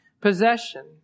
possession